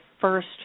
first